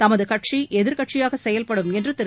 தமது கட்சி எதிர்க்கட்சியாக செயல்படும் என்று திரு